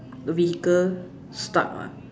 vehicle stuck lah